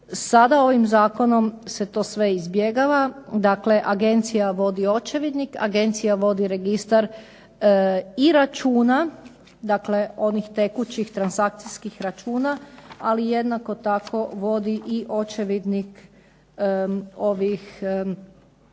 Sada ovim zakonom se to sve izbjegava. Dakle agencija vodi očevidnik, agencija vodi registar i računa, dakle onih tekućih transakcijskih računa, ali jednako tako vodi i očevidnik ovih, očevidnih